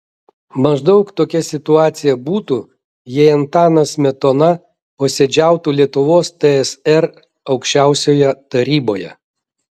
maždaug tokia situacija būtų jei antanas smetona posėdžiautų lietuvos tsr aukščiausioje taryboje